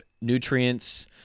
nutrients